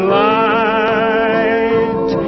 light